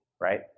Right